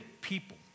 people